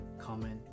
comment